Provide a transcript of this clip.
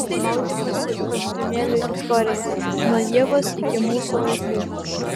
maudymosi kostiumėlių istorija nuo ievos iki mūsų laikų